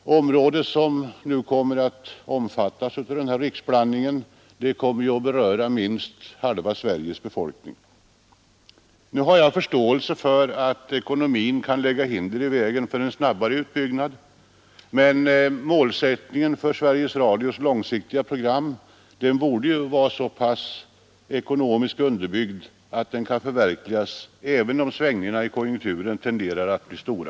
De områden som kommer att omfattas av Riksblandning kommer att beröra minst halva Sveriges befolkning. Jag har förståelse för att ekonomin kan lägga hinder i vägen för en snabbare utbyggnad, men målsättningen för Sveriges Radios långsiktiga program borde ekonomiskt vara så underbyggd att den kan förverkligas även om svängningarna i konjunkturen tenderar att bli stora.